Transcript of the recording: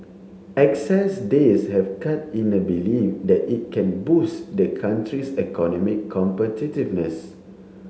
excess days have cut in a belief that it can boost the country's economic competitiveness